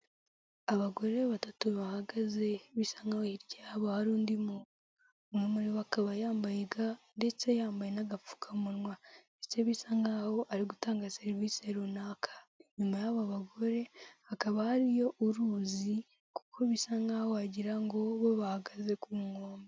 Abagore batatu bahagaze bisa nk'aho hirya yabo hari undi muntu, umwe muri bo akaba yambaye ga ndetse yambaye n'agapfukamunwa, ndetse bisa nk'aho ari gutanga serivisi runaka, inyuma yaba bagore hakaba hariyo uruzi kuko bisa nk'aho wagira ngo bo bahagaze ku nkombe.